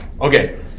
Okay